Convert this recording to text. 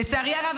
לצערי הרב,